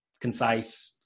concise